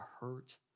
hurt